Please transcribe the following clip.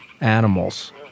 animals